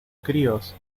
críos